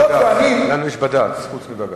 לנו יש בד"ץ חוץ מבג"ץ.